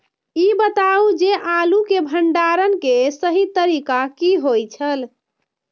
ई बताऊ जे आलू के भंडारण के सही तरीका की होय छल?